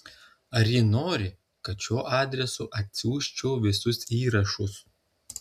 ar ji nori kad šiuo adresu atsiųsčiau visus įrašus